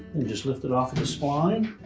and just lift it off of the spline.